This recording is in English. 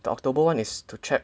the October one is to check